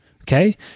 Okay